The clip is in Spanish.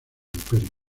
imperio